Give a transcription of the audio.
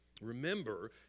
Remember